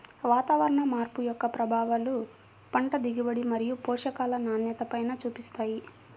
వాతావరణ మార్పు యొక్క ప్రభావాలు పంట దిగుబడి మరియు పోషకాల నాణ్యతపైన చూపిస్తాయి